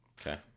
Okay